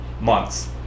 months